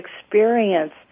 experience